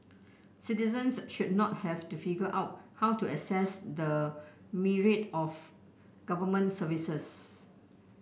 citizens should not have to figure out how to access the myriad of Government services